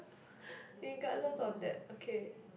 regardless of that okay